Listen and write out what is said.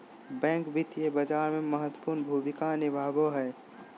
bank वित्तीय बाजार में महत्वपूर्ण भूमिका निभाबो हइ